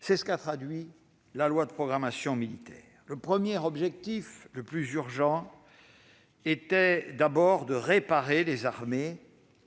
C'est ce qu'a traduit la loi de programmation militaire. Le premier objectif, le plus urgent, était d'abord de réparer les armées,